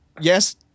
yes